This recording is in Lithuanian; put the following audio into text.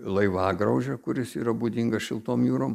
laivagraužio kuris yra būdinga šiltom jūrom